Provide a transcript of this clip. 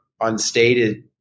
unstated